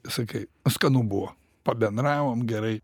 sakai skanu buvo pabendravom gerai